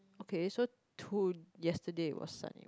okay so to yesterday was sunny